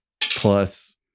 plus